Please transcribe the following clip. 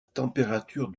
température